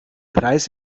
preis